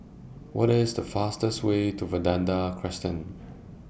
What IS The fastest Way to Vanda Crescent